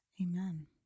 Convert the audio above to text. Amen